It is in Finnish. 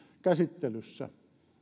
käsittelyssä